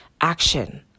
action